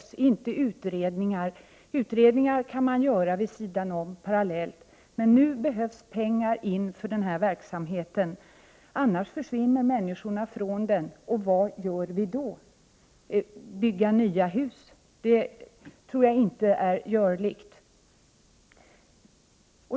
Det behövs inte utredningar, för sådana kan man göra vid sidan av och parallellt. Nu behövs pengar för denna verksamhet, annars försvinner människorna därifrån, och vad gör vi då? Att bygga nya bårhus tror jag inte är görligt.